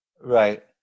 Right